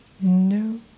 no